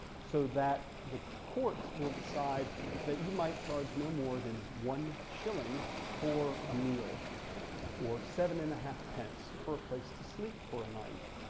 so that the courts will decide that you might charge no more than one shilling for a meal or seven and a half pence for a place to sleep for a night.